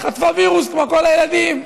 חטפה וירוס כמו הילדים,